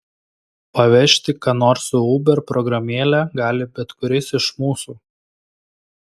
pavežti ką nors su uber programėle gali bet kuris iš mūsų